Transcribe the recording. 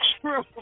true